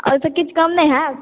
एहिसॅं किछु कम नहि हैत